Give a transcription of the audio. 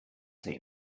see